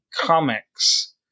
comics